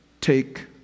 take